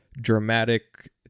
dramatic